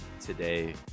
today